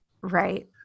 Right